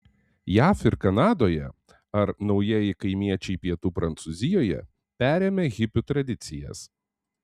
jav ir kanadoje ar naujieji kaimiečiai pietų prancūzijoje perėmę hipių tradicijas